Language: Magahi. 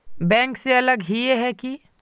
बैंक से अलग हिये है की?